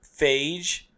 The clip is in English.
Phage